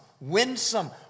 winsome